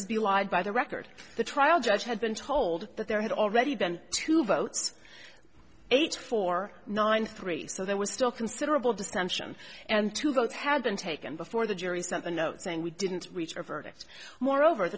is belied by the record the trial judge had been told that there had already been two votes eight four nine three so there was still considerable dissension and to vote had been taken before the jury sent a note saying we didn't reach our verdict moreover